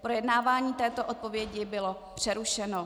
Projednávání této odpovědi bylo přerušeno.